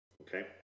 okay